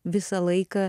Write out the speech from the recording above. visą laiką